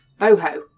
boho